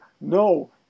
no